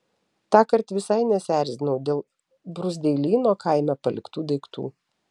tąkart visai nesierzinau dėl bruzdeilyno kaime paliktų daiktų